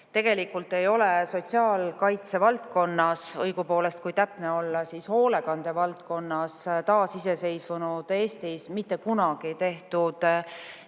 Tegelikult ei ole sotsiaalkaitse valdkonnas, õigupoolest kui täpne olla, siis hoolekande valdkonnas taasiseseisvunud Eestis mitte kunagi tehtud